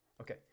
Okay